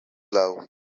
love